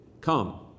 Come